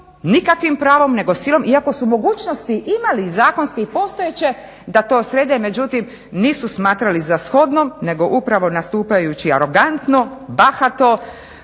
nikakvim pravom nego silom, iako su mogućnosti imali zakonske i postojeće da to srede međutim nisu smatrali za shodno nego upravo nastupajući arogantno, bahato